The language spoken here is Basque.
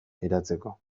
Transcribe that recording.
eratzeko